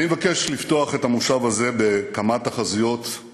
אני מבקש לפתוח את המושב הזה בכמה תחזיות על